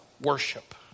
worship